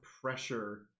pressure